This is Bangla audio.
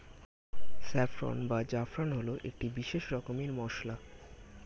স্যাফ্রন বা জাফরান হল একটি বিশেষ রকমের মশলা